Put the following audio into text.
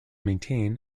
maintain